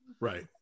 Right